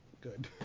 good